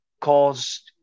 cause